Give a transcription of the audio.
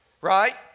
right